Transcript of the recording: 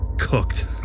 cooked